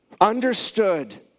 understood